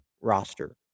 roster